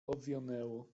owionęło